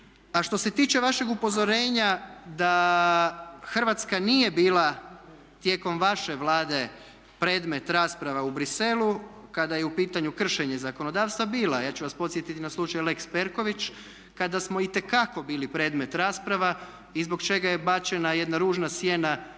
A što se tiče vašeg upozorenja da Hrvatska nije bila tijekom vaše Vlade predmet rasprava u Briselu kada je u pitanju kršenje zakonodavstva, bila je, ja ću vas podsjetiti na slučaj lex Perković kada smo itekako bili predmet rasprava i zbog čega je bačena jedna ružna sjena